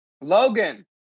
Logan